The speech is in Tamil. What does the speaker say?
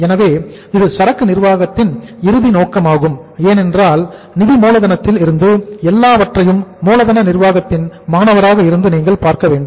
எனவே இது சரக்கு நிர்வாகத்தின் இறுதி நோக்கமாகும் ஏனென்றால் நிதி மூலதனத்தில் இருந்து எல்லாவற்றையும் மூலதன நிர்வாகத்தின் மாணவராக இருந்து நீங்கள் பார்க்க வேண்டும்